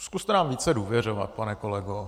Zkuste nám více důvěřovat, pane kolego.